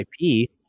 IP